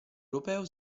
europeo